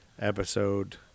episode